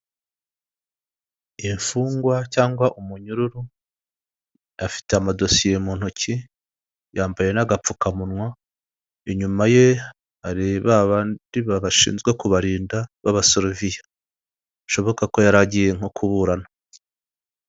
Umugore ufite umusatsi muremure wambaye imyenda y'umutuku, vharimo n'umukara n'umweru n'ijipo ngufiya, ufite igikapu gikunzwe gukoreshwa n'abantu bakunze kujya mu mahanga akaba ahagaze hafi y'ibyapa bigiye bitandukanye ndetse n'inyuma yaho hakaba hari iminara y'amashanyarazi.